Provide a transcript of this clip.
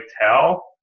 tell